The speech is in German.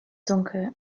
dunkel